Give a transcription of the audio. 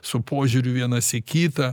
su požiūriu vienas į kitą